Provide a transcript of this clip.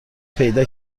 پیدا